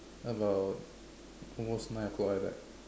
about almost nine o-clock like that